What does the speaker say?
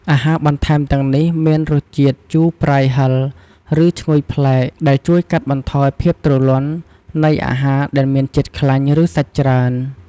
អាហារបន្ថែមទាំងនេះមានរសជាតិ ជូរ ប្រៃ ហឹរ ឬឈ្ងុយប្លែក ដែលជួយ កាត់បន្ថយភាពទ្រលាន់ នៃអាហារដែលមានជាតិខ្លាញ់ ឬសាច់ច្រើន។